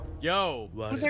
Yo